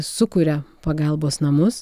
sukuria pagalbos namus